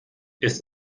ist